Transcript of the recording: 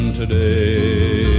today